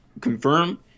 confirm